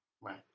right